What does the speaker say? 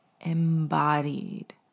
embodied